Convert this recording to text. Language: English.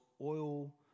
oil